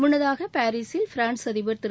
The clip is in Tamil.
முன்னதாக பாரீஸில் பிரான்ஸ் அதிபர் திரு